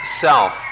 self